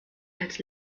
als